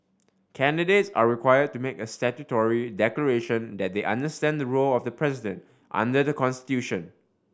candidates are require to make a statutory declaration that they understand the role of the president under the constitution